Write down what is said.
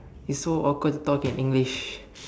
it's so awkward to talk in English